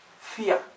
fear